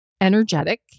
energetic